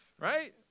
right